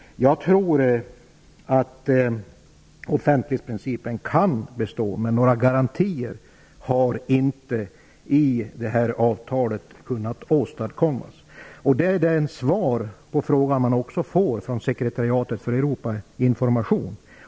Jag tror att offentlighetsprincipen kan bestå, men några garantier har inte kunnat åstadkommas i avtalet. Det är det svar man får på denna fråga från Sekretariatet för Europainformation.